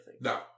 No